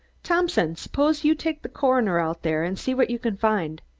thompson, suppose you take the coroner out there and see what you can find.